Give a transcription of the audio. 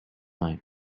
night